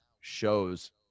shows